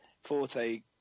Forte